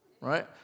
right